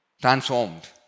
transformed